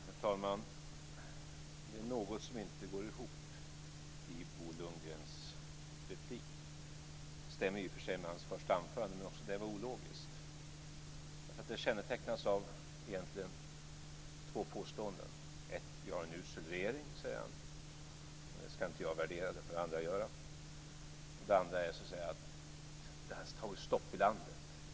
Herr talman! Det är något som inte går ihop i Bo Lundgrens replik. Det stämde i och för sig med hans första anförande, men också det var ologiskt. Repliken kännetecknades av två påståenden. Ett: Vi har en usel regering. Det ska inte jag värdera, det får andra göra. Två: Det har tagit stopp i landet. Det händer ingenting.